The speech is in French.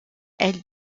elle